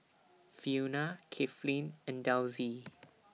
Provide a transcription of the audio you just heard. Fiona Kathlyn and Delsie